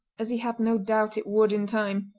as he had no doubt it would in time.